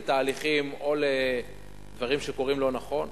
על תהליכים או דברים שקורים לא נכון.